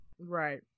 right